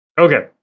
Okay